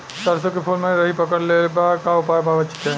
सरसों के फूल मे लाहि पकड़ ले ले बा का उपाय बा बचेके?